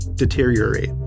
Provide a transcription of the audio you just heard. deteriorate